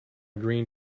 green